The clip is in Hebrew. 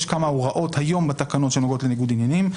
יש כמה הוראות היום בתקנות שנוגעות לניגוד עניינים.